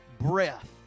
breath